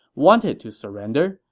wanted to surrender,